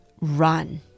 run